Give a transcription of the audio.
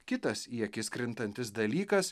kitas į akis krintantis dalykas